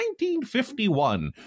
1951